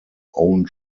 own